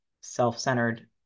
self-centered